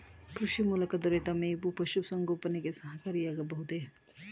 ಕೃಷಿ ಮೂಲಕ ದೊರೆತ ಮೇವು ಪಶುಸಂಗೋಪನೆಗೆ ಸಹಕಾರಿಯಾಗಬಹುದೇ?